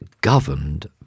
governed